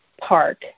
park